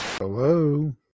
Hello